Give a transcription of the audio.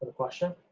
question,